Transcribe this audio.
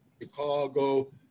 Chicago